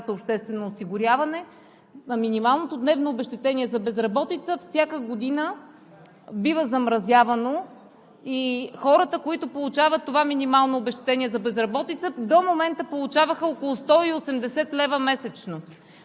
обществено осигуряване минималното дневно обезщетение за безработица всяка година бива замразявано и хората, които получават това минимално обезщетение за безработица, до момента получаваха около 180 лв. месечно.